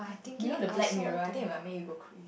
you know the Black Mirror think it might make you go crazy